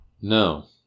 No